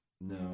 No